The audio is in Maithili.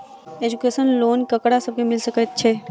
एजुकेशन लोन ककरा सब केँ मिल सकैत छै?